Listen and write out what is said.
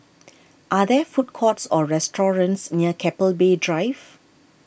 are there food courts or restaurants near Keppel Bay Drive